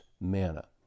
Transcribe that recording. manna